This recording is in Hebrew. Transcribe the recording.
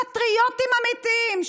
פטריוטים אמיתיים,